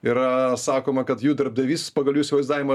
yra sakoma kad jų darbdavys pagal jų įsivaizdavimą